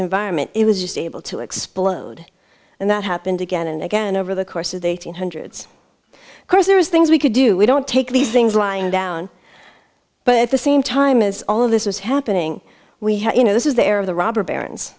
environment it was just able to explode and that happened again and again over the course of the eighteen hundreds of course there's things we could do we don't take these things lying down but at the same time as all of this was happening we had you know this is the air of the robber ba